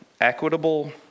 equitable